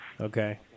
Okay